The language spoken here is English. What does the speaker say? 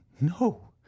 no